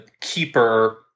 keeper